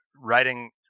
writing